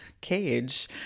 cage